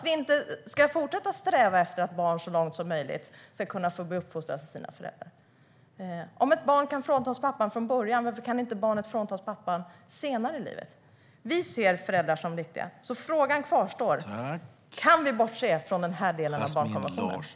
Varför ska vi fortsätta att sträva efter att barn så långt som möjligt ska kunna få bli uppfostrat av sina föräldrar? Om ett barn kan fråntas pappan från början, varför kan barnet inte fråntas sin pappa senare i livet? Vi ser föräldrar som viktiga, så frågan kvarstår: Kan vi bortse från den här delen av barnkonventionen?